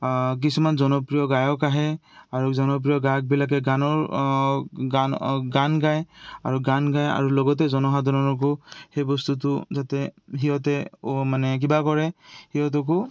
কিছুমান জনপ্ৰিয় গায়ক আহে আৰু জনপ্ৰিয় গায়কবিলাকে গানৰ গান গান গায় আৰু গান গায় আৰু লগতে জনসাধাৰণকো সেই বস্তুটো যাতে সিহঁতে মানে কিবা কৰে সিহঁতকো